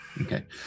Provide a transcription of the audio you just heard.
Okay